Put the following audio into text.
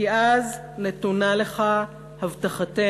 כי אז נתונה לך הבטחתנו,